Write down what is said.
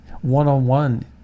one-on-one